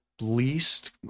least